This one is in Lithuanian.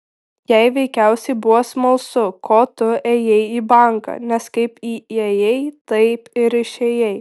jai veikiausiai buvo smalsu ko tu ėjai į banką nes kaip įėjai taip ir išėjai